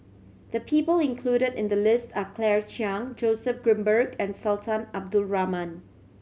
the people included in the list are Claire Chiang Joseph Grimberg and Sultan Abdul Rahman